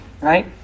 right